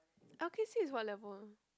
L_K_C is what level ah